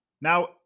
Now